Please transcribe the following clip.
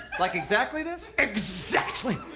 like exactly this? exactly!